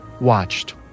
watched